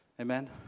amen